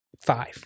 five